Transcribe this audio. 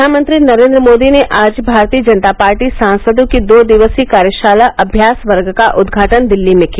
प्रधानमंत्री नरेन्द्र मोदी ने आज भारतीय जनता पार्टी सांसदों की दो दिवसीय कार्यशाला अभ्यास वर्ग का उद्घाटन दिल्ली में किया